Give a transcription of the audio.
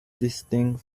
distinct